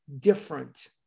different